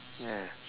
yeah